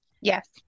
Yes